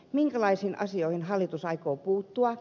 minkälaisiin asioihin hallitus aikoo puuttua